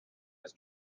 his